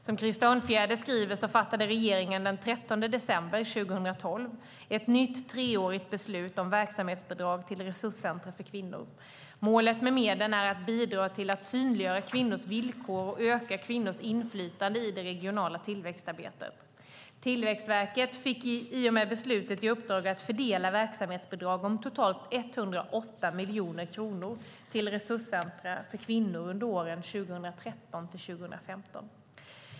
Som Krister Örnfjäder skriver fattade regeringen den 13 december 2012 ett nytt treårigt beslut om verksamhetsbidrag till resurscentrum för kvinnor. Målet med medlen är att bidra till att synliggöra kvinnors villkor och öka kvinnors inflytande i det regionala tillväxtarbetet. Tillväxtverket fick i och med beslutet i uppdrag att fördela verksamhetsbidrag om totalt 108 miljoner kronor till resurscentrum för kvinnor under åren 2013-2015.